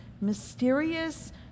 mysterious